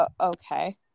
okay